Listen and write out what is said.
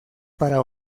para